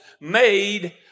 made